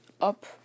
up